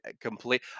complete